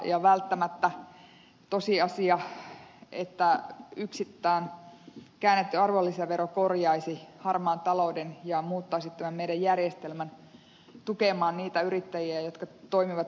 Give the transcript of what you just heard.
välttämättä ei ole tosiasia että yksistään käännetty arvonlisävero korjaisi harmaan talouden ja muuttaisi meidän järjestelmämme tukemaan niitä yrittäjiä jotka toimivat rehelliseltä pohjalta